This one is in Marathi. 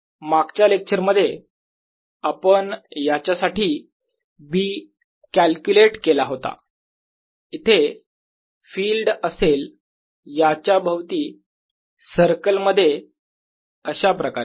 मागच्या लेक्चर मध्ये आपण याच्यासाठी B कॅल्क्युलेट केला होता इथे फिल्ड असेल याच्या भोवती सर्कल मध्ये अशाप्रकारे